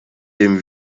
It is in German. dem